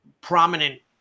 prominent